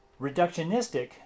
Reductionistic